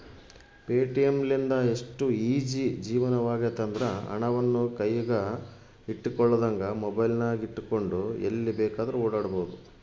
Paytm ಲಿಂದ ಎಷ್ಟು easy ಜೀವನವಾಗೆತೆಂದ್ರ, ಹಣವನ್ನು ಕೈಯಗ ಇಟ್ಟುಕೊಳ್ಳದಂಗ ಮೊಬೈಲಿನಗೆಟ್ಟುಕೊಂಡು ಎಲ್ಲಿ ಬೇಕಾದ್ರೂ ಓಡಾಡಬೊದು